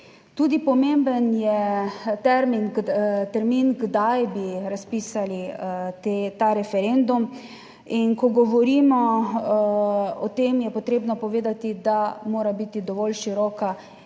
Tudi pomemben je termin, termin kdaj bi razpisali ta referendum. In ko govorimo o tem, je potrebno povedati, da mora biti dovolj široka